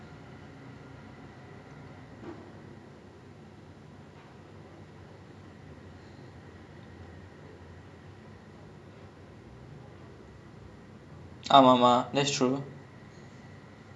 ya like நா வந்து:naa vanthu eh friends ட பாத்துட்ட என்னோட குடும்பத்துல என் குடும்பத்துக்கு தெரிஞ்ச மத்த:ta paathutta ennoda kudumbathula en kudumbathukku therinja matha family friends ah வந்து பாத்துகிட்ட:vanthu paathukitta like eh அளவுக்கு மீறினால் அமிர்தமும் நஞ்சு:alavukku meerinaal amirthamum nanju like if anything goes beyond a certain point right everything is gone already